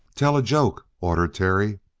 tell a joke, ordered terry.